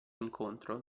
incontro